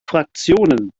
fraktionen